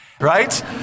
right